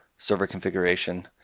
server configuration,